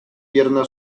pierna